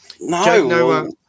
No